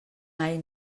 mai